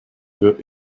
were